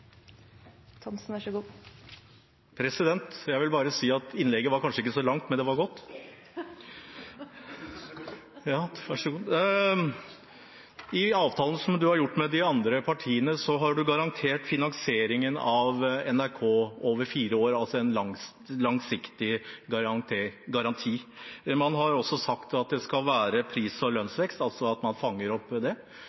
Jeg vil bare si at innlegget kanskje ikke var så langt, men det var godt. Det synes jeg selv også! I avtalen dere har gjort med de andre partiene, har dere garantert finansieringen av NRK over fire år – en langsiktig garanti. Man har også sagt det skal være pris- og